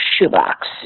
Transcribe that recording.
Shoebox